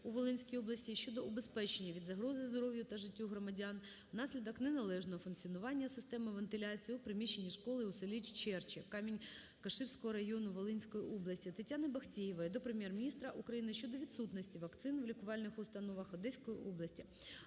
у Волинській області щодо убезпечення від загрози здоров'ю та життю громадян внаслідок неналежного функціонування системи вентиляції в приміщенні школи у селі Черче Камінь-Каширського району Волинської області. Тетяни Бахтеєвої до Прем'єр-міністра України щодо відсутності вакцин в лікувальних установах Одеської області.